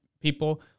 people